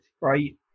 right